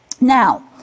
now